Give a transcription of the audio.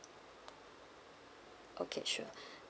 okay sure